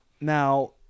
now